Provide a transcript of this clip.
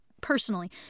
personally